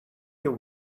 your